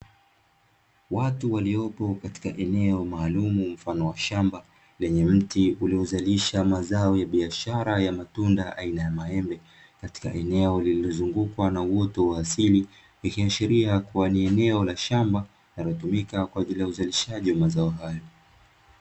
Watu waliopo katika eneo maalumu mfano wa shamba, lenye mti uliozalisha mazao ya biashara ya matunda aina ya maembe katika eneo lililozungukwa na uoto wa asili, likiashiria kuwa ni eneo la shamba linalotumika kwa ajili ya uzalishaji wa mazao hayo.